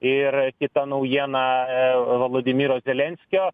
ir kita naujiena a volodimiro zelenskio